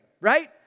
right